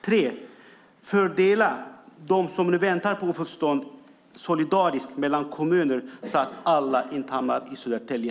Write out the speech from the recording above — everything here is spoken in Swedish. Tänker statsrådet fördela dem som nu väntar på uppehållstillstånd solidariskt mellan kommuner så att alla inte hamnar i Södertälje?